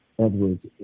Edwards